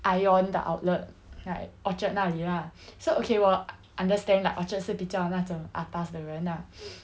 ion 的 outlet like orchard 那里 lah so okay 我 understand like orchard 是比较那种 atas 的人 lah